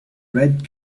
red